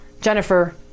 Jennifer